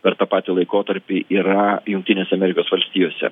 per tą patį laikotarpį yra jungtinėse amerikos valstijose